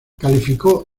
calificó